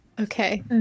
Okay